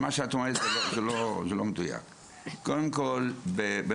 קודם כול מה שאת אומרת לא מדויק.